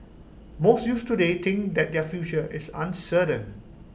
most youths today think that their future is uncertain